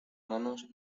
manos